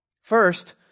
First